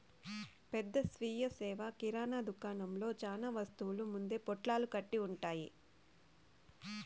పెద్ద స్వీయ సేవ కిరణా దుకాణంలో చానా వస్తువులు ముందే పొట్లాలు కట్టి ఉంటాయి